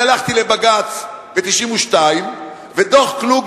אני הלכתי לבג"ץ ב-1992 ודוח-קלוגמן,